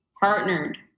partnered